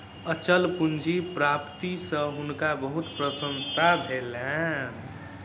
अचल पूंजी प्राप्ति सॅ हुनका बहुत प्रसन्नता भेलैन